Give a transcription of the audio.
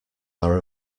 are